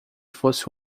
fosse